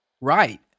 Right